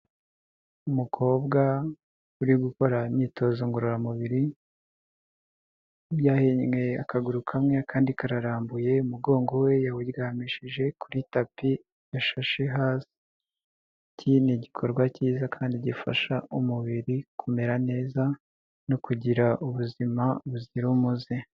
Umukobwa uri gukora imyitozo ngororamubiri, byahinnye akaguru kamwe, kandi kararambuye, umugongo we yawuryamishije kuri tapi ya shashe hasi, iki ni igikorwa cyiza kandi gifasha umubiri kumera neza no kugira ubuzima buzira umuze.